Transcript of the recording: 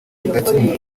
rudakemwa